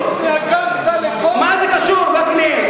התנגדת לכל, מה זה קשור, וקנין?